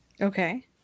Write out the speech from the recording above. Okay